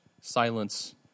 silence